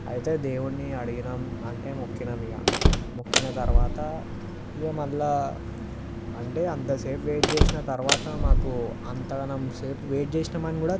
అయితే దేవుణ్ణి అడిగాము అంటే మొక్కాము ఇక మొక్కిన తరువాత ఇక మళ్ళీ అంటే అంతసేపు వెయిట్ చేసిన తరువాత మాకు అంతగాని సేపు వెయిట్ చేసామని కూడా